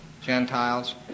Gentiles